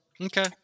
okay